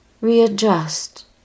readjust